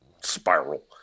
spiral